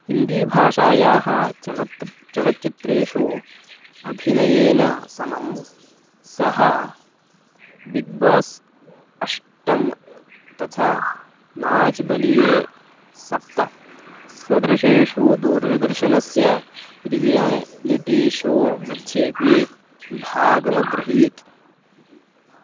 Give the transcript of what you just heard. हिन्दीभाषायाः चलत् चलच्चित्रेषु अभिनयेन समं सः बिग्बास् अष्ट तथा नाच् बलीये सप्त सदृशेषु दूरदर्शनस्य रिय्यालिटी शोमध्येपि भागमग्रहीत्